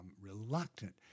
reluctant